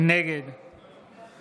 נגד